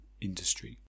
industry